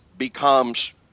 becomes